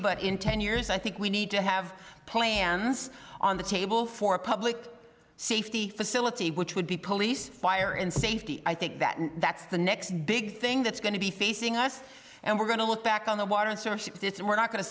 but in ten years i think we need to have plans on the table for public safety facility which would be police fire and safety i think that that's the next big thing that's going to be facing us and we're going to look back on the water and we're not going to